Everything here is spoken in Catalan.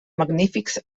magnífics